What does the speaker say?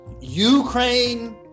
ukraine